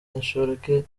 inshoreke